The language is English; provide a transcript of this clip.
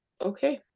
okay